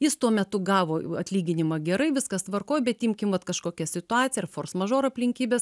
jis tuo metu gavo atlyginimą gerai viskas tvarkoj bet imkim vat kažkokia situacija ar fors mažor aplinkybės